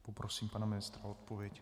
Poprosím pana ministra o odpověď.